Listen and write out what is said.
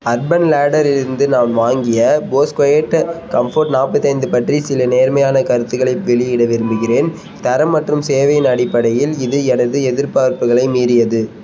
urban லேடரிலிருந்து நான் வாங்கிய போஸ் கொயட்டு கம்ஃபோர்ட் நாற்பத்தைந்து பற்றி சில நேர்மையான கருத்துகளை வெளியிட விரும்புகிறேன் தரம் மற்றும் சேவையின் அடிப்படையில் இது எனது எதிர்பார்ப்புகளை மீறியது